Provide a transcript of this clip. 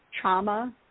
trauma